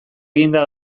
eginda